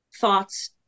thoughts